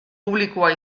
publikoa